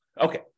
Okay